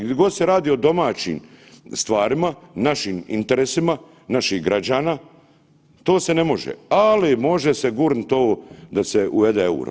Gdje god se radi o domaćim stvarima, našim interesima, naših građana, to se ne može, ali može se gurnit ovo da se uvode euro.